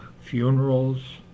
funerals